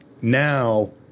now